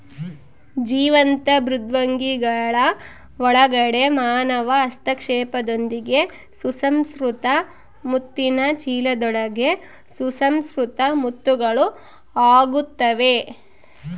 ಜೀವಂತ ಮೃದ್ವಂಗಿಗಳ ಒಳಗಡೆ ಮಾನವ ಹಸ್ತಕ್ಷೇಪದೊಂದಿಗೆ ಸುಸಂಸ್ಕೃತ ಮುತ್ತಿನ ಚೀಲದೊಳಗೆ ಸುಸಂಸ್ಕೃತ ಮುತ್ತುಗಳು ಆಗುತ್ತವೆ